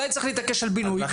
אולי צריך להתעקש על בינוי?